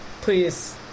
please